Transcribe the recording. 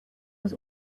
was